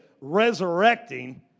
resurrecting